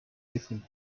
different